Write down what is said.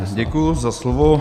Děkuji za slovo.